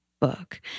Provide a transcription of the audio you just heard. book